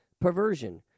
perversion